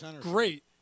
great